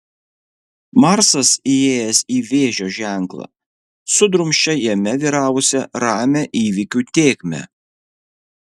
marsas įėjęs į vėžio ženklą sudrumsčia jame vyravusią ramią įvykių tėkmę